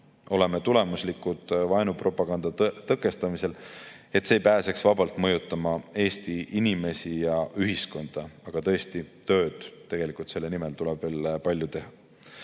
Oleme tulemuslikud vaenupropaganda tõkestamisel, et see ei pääseks vabalt mõjutama Eesti inimesi ja ühiskonda. Aga tõesti, tööd tuleb selle nimel veel palju teha.